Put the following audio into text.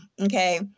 okay